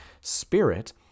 spirit